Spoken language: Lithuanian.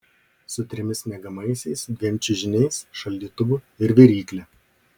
su trimis miegamaisiais dviem čiužiniais šaldytuvu ir virykle